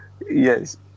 Yes